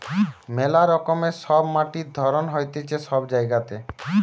মেলা রকমের সব মাটির ধরণ হতিছে সব জায়গাতে